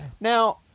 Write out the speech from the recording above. Now